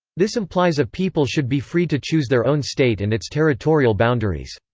this implies a people should be free to choose their own state and its territorial boundaries.